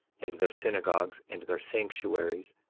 and their synagogues, and their sanctuaries,